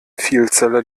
vielzeller